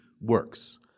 works